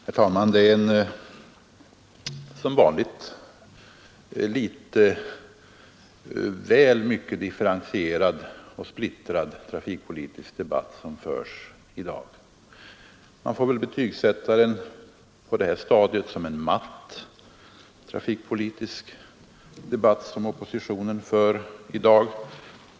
Herr talman! Det är som vanligt en litet väl differentierad och splittrad trafikpolitisk debatt som förs här i dag. Man får väl på detta stadium betygsätta den som en matt trafikpolitisk debatt som förs av' oppositionen.